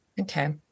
Okay